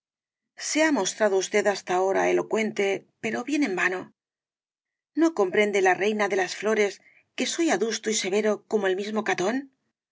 se ha mostrado u s rosalía de castro ted ahora elocuente pero bien en vano no comprende la reina de las flores que soy adusto y severo como el mismo catón